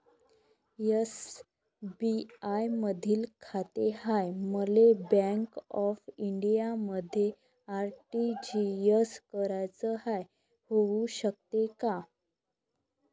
SBI मधी खाते हाय, मले बँक ऑफ इंडियामध्ये आर.टी.जी.एस कराच हाय, होऊ शकते का?